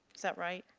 is that right?